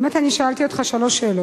האמת היא ששאלתי אותך שלוש שאלות.